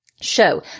show